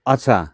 अच्छा